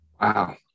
Wow